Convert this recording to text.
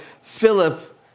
Philip